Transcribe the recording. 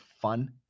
fun